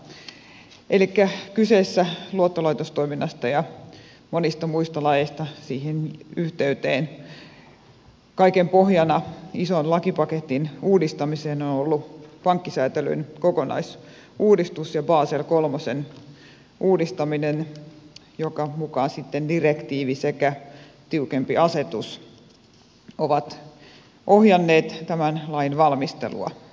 elikkä kyseisessä laissa luottolaitostoiminnasta ja monissa muissa laeissa siihen yhteyteen kaiken pohjana ison lakipaketin uudistamisessa on ollut pankkisäätelyn kokonaisuudistus ja basel iiin uudistaminen jonka mukaan sitten direktiivi sekä tiukempi asetus ovat ohjanneet tämän lain valmistelua